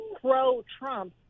pro-Trump